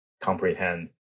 comprehend